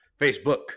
Facebook